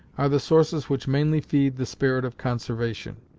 are the sources which mainly feed the spirit of conservation.